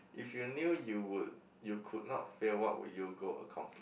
if you knew you would you could not fail what would you go accomplish